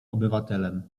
obywatelem